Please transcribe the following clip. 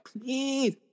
please